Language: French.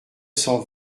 cent